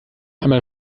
einmal